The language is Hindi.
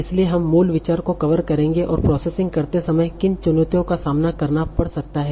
इसलिए हम मूल विचार को कवर करेंगे और प्रोसेसिंग करते समय किन चुनौतियों का सामना करना पड़ सकता है